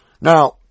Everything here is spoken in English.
Now